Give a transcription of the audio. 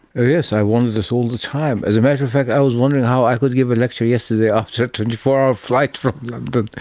yes, i wonder this all the time. as a matter of fact i was wondering how i could give a lecture yesterday after a twenty four hour flight from london.